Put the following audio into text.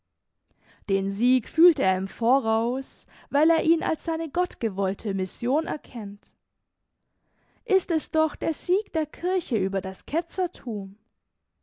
den sieg fühlt er im voraus weil er ihn als seine gottgewollte mission erkennt ist es doch der sieg der kirche über das ketzertum